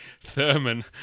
Thurman